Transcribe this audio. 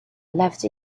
left